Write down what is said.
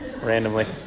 randomly